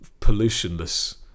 pollutionless